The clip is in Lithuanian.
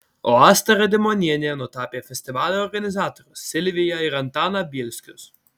o asta radimonienė nutapė festivalio organizatorius silviją ir antaną bielskius